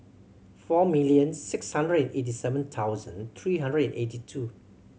four million six hundred and eighty seven thousand three hundred and eighty two